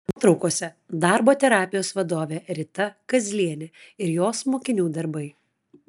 nuotraukose darbo terapijos vadovė rita kazlienė ir jos mokinių darbai